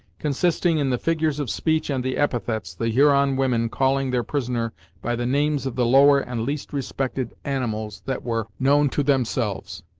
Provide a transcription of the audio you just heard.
consisting in the figures of speech and the epithets, the huron women calling their prisoner by the names of the lower and least respected animals that were known to themselves.